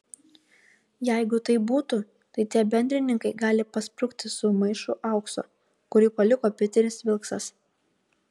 jeigu taip būtų tai tie bendrininkai gali pasprukti su maišu aukso kurį paliko piteris vilksas